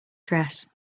dress